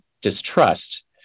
distrust